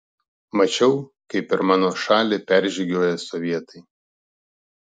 mačiau kaip per mano šalį peržygiuoja sovietai